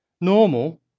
Normal